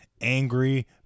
angry